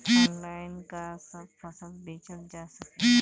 Online का सब फसल बेचल जा सकेला?